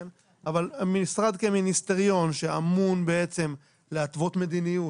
אבל המשרד כמיניסטריון שאמון בעצם להתוות מדיניות,